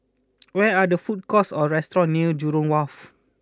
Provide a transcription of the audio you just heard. where are the food courts or restaurants near Jurong Wharf